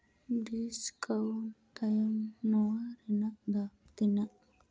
discount ᱛᱟᱭᱚᱢ ᱱᱚᱣᱟ ᱨᱮᱱᱟᱜ ᱫᱟᱢ ᱛᱤᱱᱟᱹᱜ